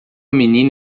menina